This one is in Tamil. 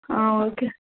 ஆ ஓகே